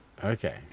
Okay